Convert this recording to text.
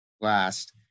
last